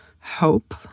hope